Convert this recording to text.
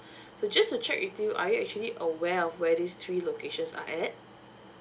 so just to check with you are you actually aware of where these three locations are at